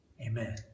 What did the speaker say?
Amen